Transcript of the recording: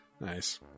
Nice